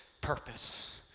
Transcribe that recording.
purpose